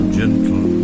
gentle